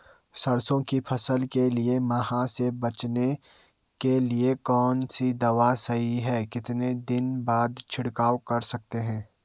सरसों की फसल के लिए माह से बचने के लिए कौन सी दवा सही है कितने दिन बाद छिड़काव कर सकते हैं?